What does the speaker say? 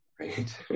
right